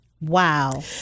Wow